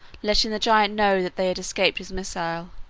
letting the giant know that they had escaped his missile,